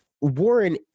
warren